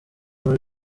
muri